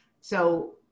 So-